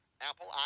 Apple